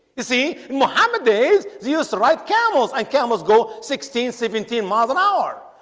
you see muhammad is the used to ride camels and cameras. go sixteen seventeen miles an hour.